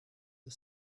the